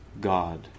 God